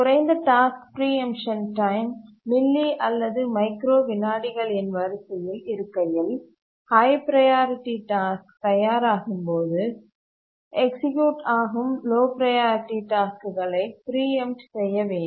குறைந்த task preemption time milli அல்லது micro விநாடிகளின் வரிசையில் இருக்கையில் ஹய் ப்ரையாரிட்டி டாஸ்க் தயாராகும்போது எக்சீக்யூட் ஆகும் லோ ப்ரையாரிட்டி டாஸ்க்குகளை பிரீஎம்ட் செய்ய வேண்டும்